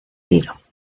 tiro